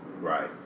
Right